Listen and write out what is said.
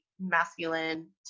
masculine